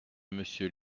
monsieur